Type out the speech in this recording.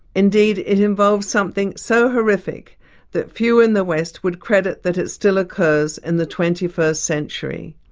indeed it involves something so horrific that few in the west would credit that it still occurs in the twenty first century.